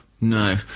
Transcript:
no